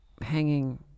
hanging